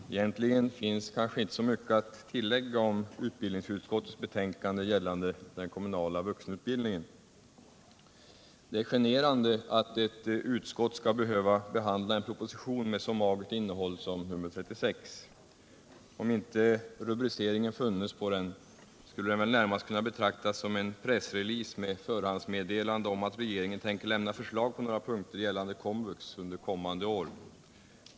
Herr talman! Egentligen finns kanske inte så mycket att tillägga om utbildningsutskottets betänkande gällande den kommunala vuxenutbildningen. Det är generande att ett utskott skall behöva behandla en proposition med så magert innehåll som nr 36. Om inte rubriceringen funnes skulle den väl närmast kunna betraktas som en pressrelease med förhandsmeddelande om att regeringen tänker lämna förslag på några punkter gällande Komvux under kommande år.